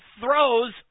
throws